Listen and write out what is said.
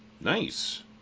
Nice